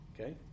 Okay